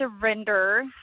surrender